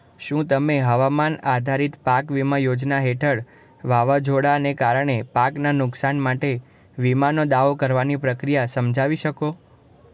શું તમે હવામાન આધારિત પાક વીમા યોજના હેઠળ વાવાઝોડાને કારણે પાકના નુકસાન માટે વીમાનો દાવો કરવાની પ્રક્રિયા સમજાવી શકો